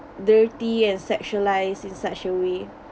dirty and sexualised in such a way